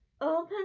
open